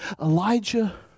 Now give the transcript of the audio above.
Elijah